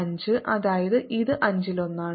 5 അതായത് ഇത് അഞ്ചിലൊന്നാണ്